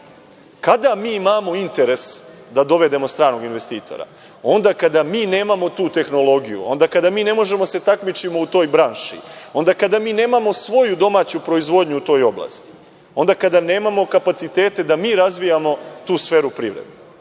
Kada mi imamo interes da dovedemo stranog investitora? Onda kada mi nemamo tu tehnologiju, onda kada mi ne možemo da se takmičimo u toj branši, onda kada mi nemamo svoju domaću proizvodnju u toj oblasti, onda kada nemamo kapacitete da mi razvijamo tu sferu privrede.